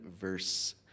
verse